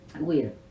weird